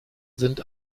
sind